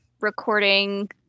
recording